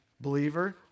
believer